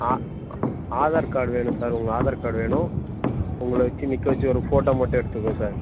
ஆ Aadhaar card வேணும் sir உங்கள் Aadhaar card வேணும் உங்களை வச்சு நிற்க வச்சு ஒரு ஃபோட்டோ மட்டும் எடுத்துக்குவேன் சார்